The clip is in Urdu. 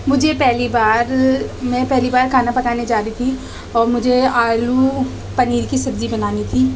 مجھے پہلی بار میں پہلی بار کھانا پکانے جا رہی تھی اور مجھے آلو پنیر کی سبزی بنانی تھی